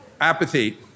Apathy